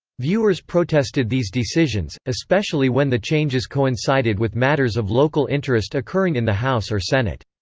viewers protested these decisions, especially when the changes coincided with matters of local interest occurring in the house or senate.